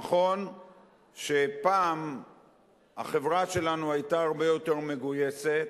נכון שפעם החברה שלנו היתה הרבה יותר מגויסת,